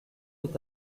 est